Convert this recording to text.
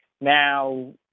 Now